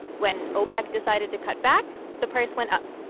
when opec decided to cut back, the price went up.